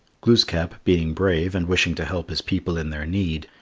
glooskap, being brave and wishing to help his people in their need,